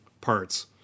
parts